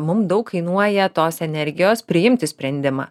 mum daug kainuoja tos energijos priimti sprendimą